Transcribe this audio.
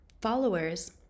followers